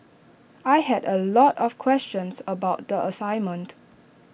I had A lot of questions about the assignment